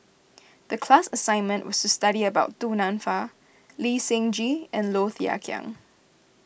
the class assignment was to study about Du Nanfa Lee Seng Gee and Low Thia Khiang